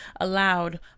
allowed